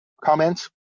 comments